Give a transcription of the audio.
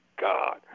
God